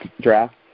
draft